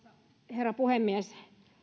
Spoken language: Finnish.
herra puhemies